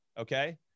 Okay